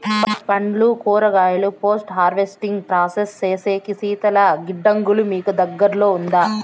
పండ్లు కూరగాయలు post harvesting process సేసేకి శీతల గిడ్డంగులు మీకు దగ్గర్లో ఉందా?